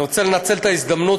אני רוצה לנצל את ההזדמנות,